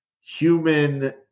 human